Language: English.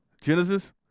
Genesis